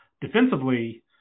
Defensively